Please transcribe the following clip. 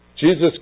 Jesus